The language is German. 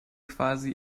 quasi